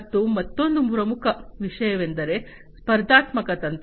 ಮತ್ತು ಮತ್ತೊಂದು ಪ್ರಮುಖ ವಿಷಯವೆಂದರೆ ಸ್ಪರ್ಧಾತ್ಮಕ ತಂತ್ರ